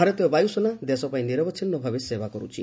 ଭାରତୀୟ ବାୟୁସେନା ଦେଶ ପାଇଁ ନିରବଛିନ୍ନ ଭାବେ ସେବା କରୁଛି